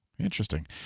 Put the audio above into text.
Interesting